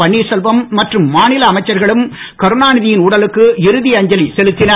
பன்னீர்செல்வம் மற்றும் மாநில அமைச்சர்களும் கருணாநிதியின் உடலுக்கு இறுதியஞ்சலி செலுத்தினர்